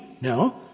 No